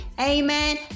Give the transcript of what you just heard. Amen